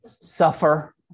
suffer